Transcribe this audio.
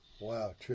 Wow